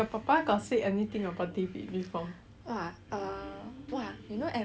!wah! err !wah! you know at first when he came over to my house